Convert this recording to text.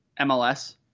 MLS